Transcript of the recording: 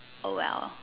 oh well